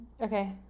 Okay